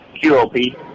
QOP